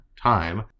time